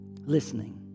listening